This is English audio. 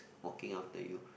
walking after you